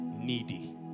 needy